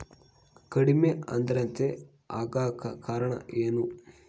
ಕಡಿಮೆ ಆಂದ್ರತೆ ಆಗಕ ಕಾರಣ ಏನು?